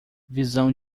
visão